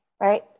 Right